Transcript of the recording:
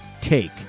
take